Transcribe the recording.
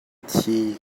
thi